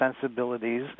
sensibilities